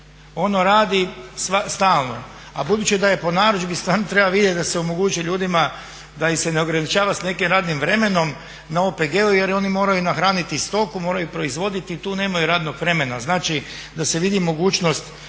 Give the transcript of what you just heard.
ono radi stalno, a budući da je po narudžbi stvarno treba vidjeti da se omogući ljudima da ih se ne ograničava sa nekim radnim vremenom na OPG-u jer oni moraju nahraniti stoku, moraju proizvoditi, tu nemaju radnog vremena. Znači da se vidi mogućnost